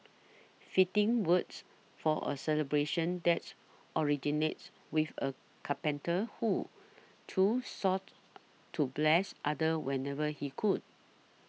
fitting words for a celebration that originates with a carpenter who too sought to bless others whenever he could